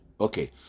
okay